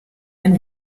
ein